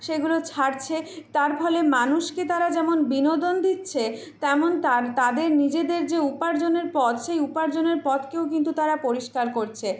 সেইগুলো ছাড়ছে তার ফলে মানুষকে তারা যেমন বিনোদন দিচ্ছে তেমন তার তাদের নিজেদের যে উপার্জনের পথ সেই উপার্জনের পথকেও কিন্তু তারা পরিষ্কার করছে